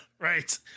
right